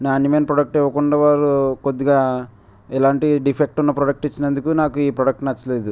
నాణ్యమైన ప్రాడక్ట్ ఇవ్వకుండా వారు కొద్దిగా ఇలాంటి డిఫెక్ట్ ఉన్న ప్రాడక్ట్ ఇచ్చినందుకు నాకు ఈ ప్రాడక్ట్ నచ్చలేదు